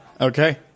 Okay